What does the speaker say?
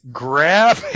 grab